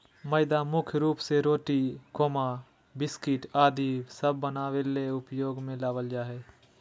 मैदा मुख्य रूप से रोटी, बिस्किट आदि सब बनावे ले उपयोग मे लावल जा हय